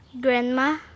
Grandma